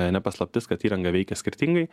ne paslaptis kad įranga veikia skirtingai